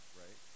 right